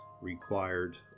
required